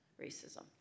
racism